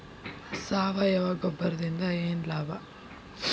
ಸಾವಯವ ಗೊಬ್ಬರದಿಂದ ಏನ್ ಲಾಭ?